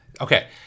Okay